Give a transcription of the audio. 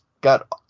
got